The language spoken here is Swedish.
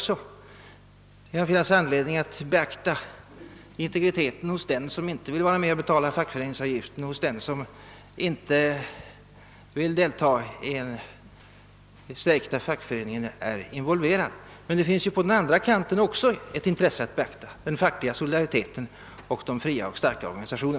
Det kan vara anledning att i viss grad beakta integriteten hos den som inte vill vara med och betala fackföreningsavgiften eller delta i en strejk där fackföreningen är involverad. Men det finns på den andra kanten också ett annat intresse att beakta: den fackliga solidariteten och behovet av starka och fria organisationer.